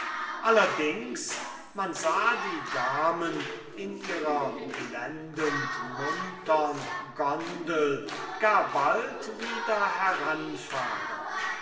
man sah die damen in ihrer blendend muntern gondel gar bald wieder